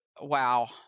wow